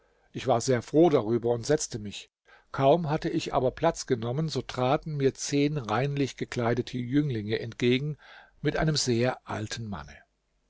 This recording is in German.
ich war sehr froh darüber und setzte mich kaum hatte ich aber platz genommen so traten mir zehn reinlich gekleidete jünglinge entgegen mit einem sehr alten manne